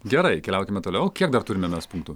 gerai keliaukime toliau kiek dar turime mes punktų